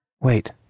Wait